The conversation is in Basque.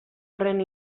horren